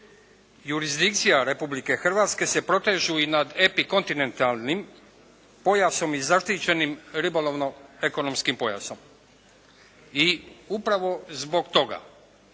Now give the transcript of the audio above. jurisdikcija Republike Hrvatske se protežu i nad epikontinentalnim pojasom i zaštićenim ribolovno ekonomskim pojasom. I upravo zbog toga